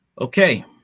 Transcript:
Okay